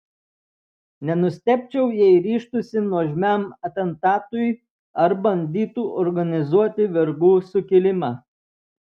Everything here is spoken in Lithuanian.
nenustebčiau jei ryžtųsi nuožmiam atentatui ar bandytų organizuoti vergų sukilimą